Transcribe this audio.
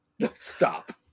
Stop